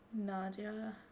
Nadia